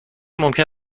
ممکن